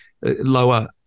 lower